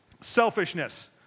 Selfishness